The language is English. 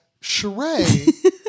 Sheree